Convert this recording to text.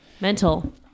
Mental